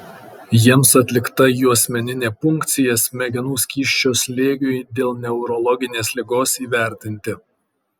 jiems atlikta juosmeninė punkcija smegenų skysčio slėgiui dėl neurologinės ligos įvertinti